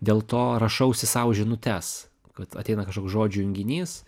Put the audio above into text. dėl to rašausi sau žinutes kad ateina kažkoks žodžių junginys